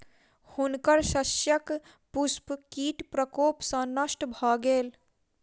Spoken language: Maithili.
हुनकर शस्यक पुष्प कीट प्रकोप सॅ नष्ट भ गेल